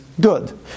good